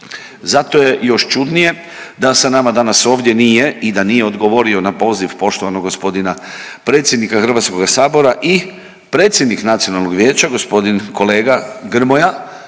Zato je još čudnije da sa nama danas ovdje nije i da nije odgovorio na poziv poštovanog gospodina predsjednika Hrvatskoga sabora i predsjednik Nacionalnog vijeća gospodin kolega Grmoja